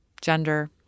Gender